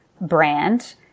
brand